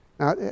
Now